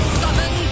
summon